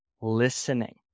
listening